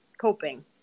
coping